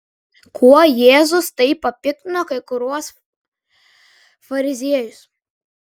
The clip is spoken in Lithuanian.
kuo jėzus taip papiktino kai kuriuos fariziejus